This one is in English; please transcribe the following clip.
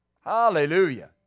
Hallelujah